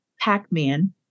Pac-Man